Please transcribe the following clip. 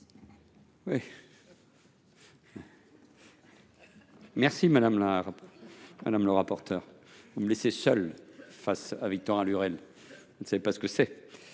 remercie, madame le rapporteur, de me laisser seul face à Victorin Lurel. Vous ne savez pas ce que c’est…